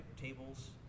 tables